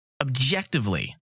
objectively